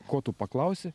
ko tu paklausi